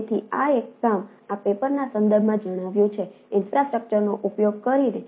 તેથી આ એક કામ આ પેપર ના સંદર્ભમાં જણાવાયું છે ઈન્ફ્રાસ્ટ્રક્ચરનો અને